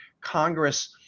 Congress